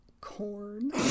corn